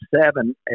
seven